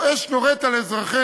שבו אש נורית על אזרחינו